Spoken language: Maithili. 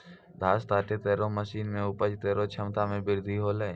घास काटै केरो मसीन सें उपज केरो क्षमता में बृद्धि हौलै